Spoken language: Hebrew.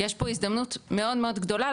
יש פה הזדמנות מאוד מאוד גדולה,